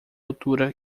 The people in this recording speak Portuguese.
altura